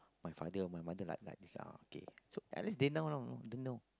my father or my mother like like this oh okay so at least they now lah they know